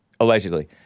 Allegedly